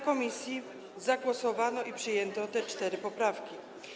Komisja w głosowaniu przyjęła te cztery poprawki.